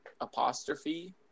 apostrophe